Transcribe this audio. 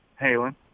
Halen